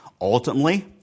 Ultimately